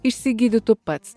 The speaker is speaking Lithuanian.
išsigydytų pats